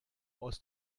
aus